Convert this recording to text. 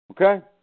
Okay